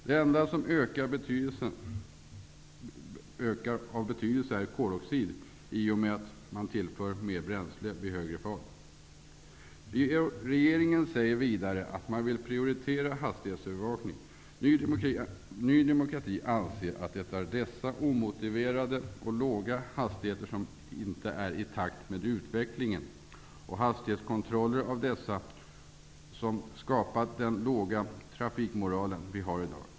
Den enda ökning som har betydelse är koloxiden, i och med att man tillför mer bränsle vid högre fart. Regeringen säger vidare att man vill prioritera hastighetsövervakning. Ny demokrati anser att det är dessa omotiverade och låga hastigheter som inte är i takt med utvecklingen och att det är hastighetskontroller av dessa som skapat den låga trafikmoral vi har i dag.